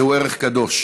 זהו ערך קדוש.